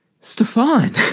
Stefan